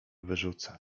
wyrzucę